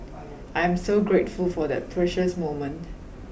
I am so grateful for that precious moment